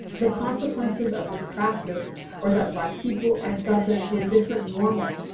the consequences of this practice are that black people are subject to a different normal,